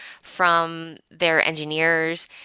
from their engineers.